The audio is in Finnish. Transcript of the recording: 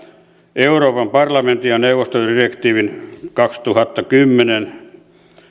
euroopan parlamentin ja neuvoston direktiivin kaksituhattakymmenen